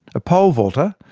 a pole vaulter,